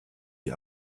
die